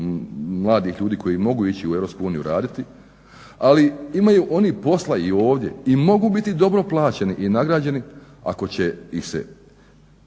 mladih ljudi koji mogu ići u Europsku uniju raditi, ali imaju oni posla i ovdje i mogu biti dobro plaćeni i nagrađeni ako će ih se